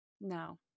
No